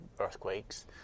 earthquakes